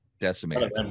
Decimated